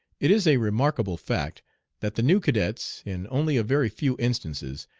it is a remarkable fact that the new cadets, in only a very few instances,